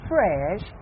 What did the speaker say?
fresh